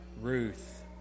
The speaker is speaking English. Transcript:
Ruth